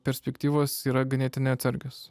perspektyvos yra ganėtinai atsargios